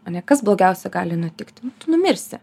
ar ne kas blogiausia gali nutikti numirsi